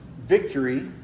victory